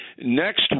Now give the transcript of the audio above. Next